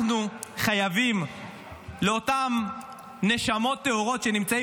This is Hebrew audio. אנחנו חייבים לאותן נשמות טהורות שנמצאות